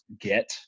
get